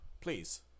Please